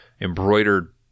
embroidered